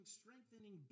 strengthening